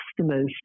customers